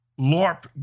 LARP